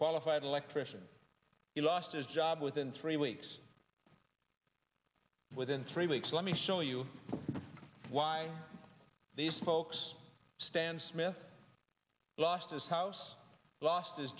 qualified electrician he lost his job within three weeks within three weeks let me show you why these folks stand smith lost his house lost his